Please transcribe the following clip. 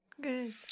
Good